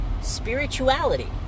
spirituality